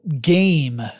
game